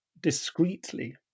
discreetly